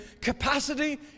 Capacity